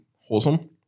wholesome